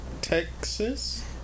Texas